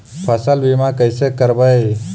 फसल बीमा कैसे करबइ?